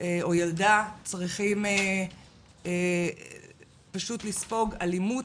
או ילדה צריכים פשוט לספוג אלימות,